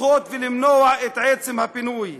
לדחות ולמנוע את עצם הפינוי.